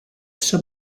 some